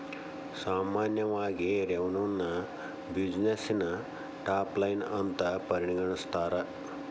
ಸಾಮಾನ್ಯವಾಗಿ ರೆವೆನ್ಯುನ ಬ್ಯುಸಿನೆಸ್ಸಿನ ಟಾಪ್ ಲೈನ್ ಅಂತ ಪರಿಗಣಿಸ್ತಾರ?